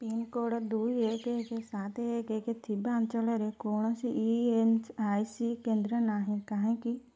pincode ଦୁଇ ଏକ ଏକ ସାତ ଏକ ଏକ ଥିବା ଅଞ୍ଚଳରେ କୌଣସି ଇ ଏସ ଆଇ ସି କେନ୍ଦ୍ର ନାହିଁ କାହିଁକି